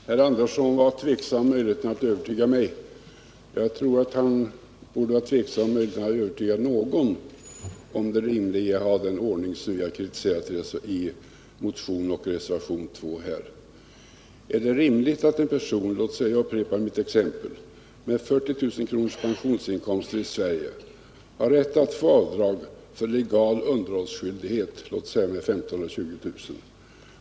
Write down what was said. Herr talman! Herr Alvar Andersson var tveksam om möjligheten att övertyga mig. Jag tycker att han borde vara tveksam om möjligheten att övertyga någon om det rimliga i den ordning som vi har kritiserat i motionen och i reservation 2. Jag upprepar mitt exempel. En person med 40 000 kr. i pensionsinkomst i Sverige har rätt att få avdrag för legal underhållsskyldighet, låt oss säga med 15 000 ä 20 000 kr.